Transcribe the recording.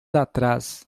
atrás